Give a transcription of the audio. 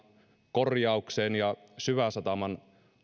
korjaukseen ja syväsataman